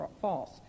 false